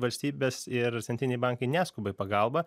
valstybės ir centriniai bankai neskuba į pagalbą